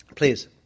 Please